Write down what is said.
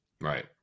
Right